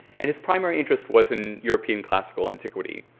and his primary interest wasn't european classical antiquity.